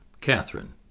Catherine